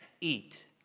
eat